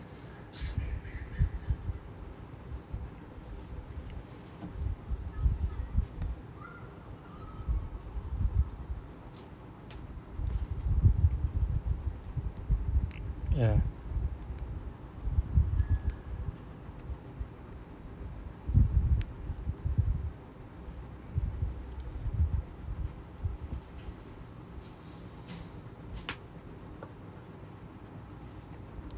ya